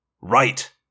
Right